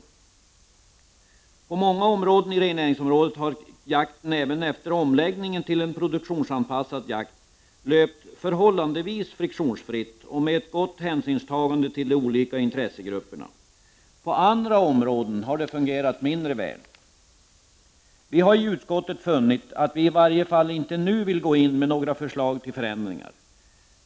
På många områden inom rennäringsområdet har jakten även efter omläggningen till en produktionsanpassad jakt löpt förhållandevis friktionsfritt och med ett gott hänsynstagande till de olika intressegrupperna. På andra områden har det fungerat mindre väl. Vi har i utskottet funnit att vi i varje fall inte nu vill gå in med några förslag på förändringar.